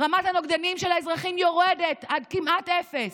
רמת הנוגדנים של האזרחים יורדת עד כמעט אפס.